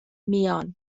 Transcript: میان